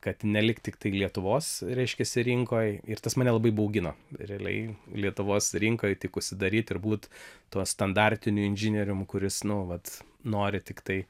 kad nelikt tiktai lietuvos reiškiasi rinkoj ir tas mane labai baugino realiai lietuvos rinkoj tik užsidaryt ir būt tuo standartiniu inžinierium kuris nu vat nori tiktai